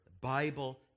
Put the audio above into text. bible